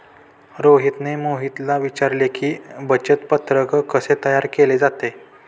रोहितने मोहितला विचारले की, बचत पत्रक कसे तयार केले जाते?